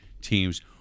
teams